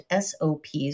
SOPs